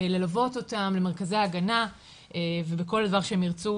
ללוות אותם למרכזי ההגנה ובכל דבר שהם ירצו,